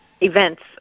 events